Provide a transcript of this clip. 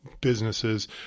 businesses